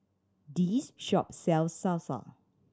this shop sells Salsa